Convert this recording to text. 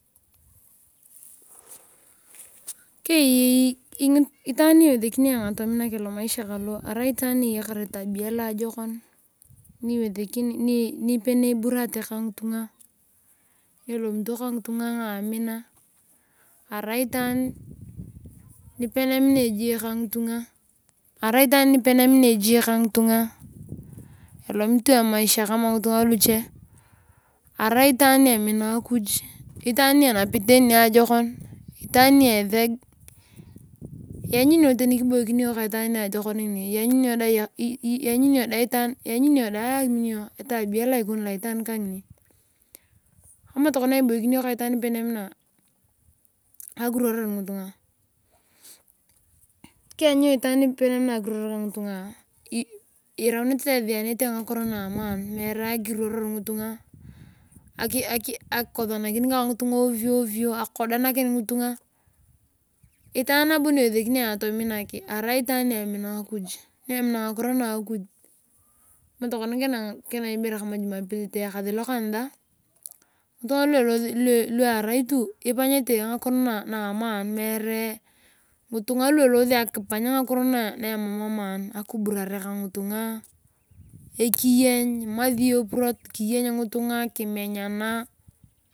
Kejei itaani niwesekini ayong alomaisha kalo arau itaan niyakar emaisha loasokon. nipe niburate kangitunga ni elomito kangitunga amina arai itaani nioenemina ejie kangitunga elomit tu emaisha kama ngitunga kuche. Arai itaan ni emina akiy. Itaan ni enapit niajokon. Itaan ni eseg. iboikinosi ka itaan ngini elanyuni dae etabia luajokon. Kama tokona ibakinosi ka itaan ninyemina akiruoror ngitunga iraunete esi tanete ngakiro na amaan meere akiruoror ngitunga. akikosonalan kangitunga ovyo ovyo. Itaan niwesekini nabo ayong atomirek arai itaan ni emina akuj. kenang jumapili teyakasi tokansa ngitunga lu arai tu ipanyete ngakiro na oemaan meere ngitunga lu iburate kangitunga ekinyeny imasio epurot kiyeny ngitunga kimenyara.